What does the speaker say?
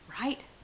Right